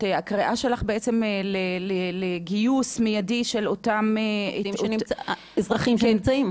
הקריאה שלך לגיוס מידי של אותם --- אזרחים שנמצאים.